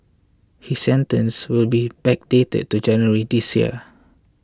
his sentence will be backdated to January this year